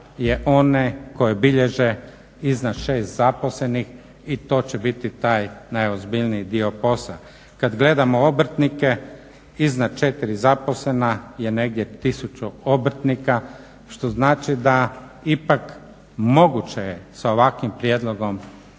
je one koje bilježe iznad 6 zaposlenih i to će biti taj najozbiljniji dio posla. Kada gledamo obrtnike iznad 4 zaposlena je negdje tisuću obrtnika što znači da je ipak moguće s ovakvim prijedlogom